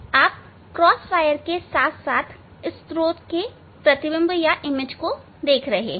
आप क्रॉसवायर् के साथ साथ स्त्रोत का प्रतिबिंब देख रहे हैं